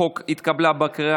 חוק כבילת עצורים ואסירים (חובת יידוע)